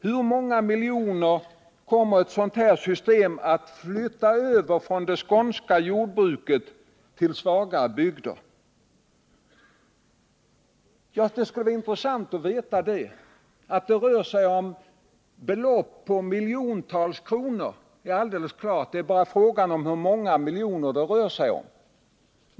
Hur många miljoner kronor kommer ett sådant här system att flytta över från skånska jordbruk till svaga bygder? Det vore intressant att få veta det. Att det rör sig om belopp på miljontals kronor är helt klart. Frågan är bara hur många miljoner det rör sig om.